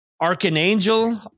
Archangel